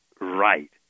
right